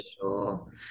sure